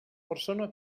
persona